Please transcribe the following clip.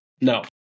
No